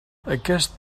aquest